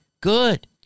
good